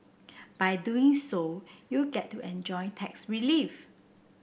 by doing so you get to enjoy tax relief